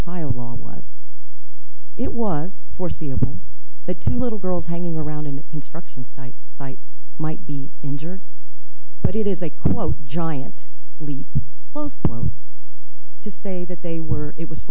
ohio law was it was foreseeable that two little girls hanging around in a construction site site might be injured but it is a quote giant leap to say that they were it was